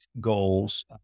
goals